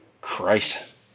christ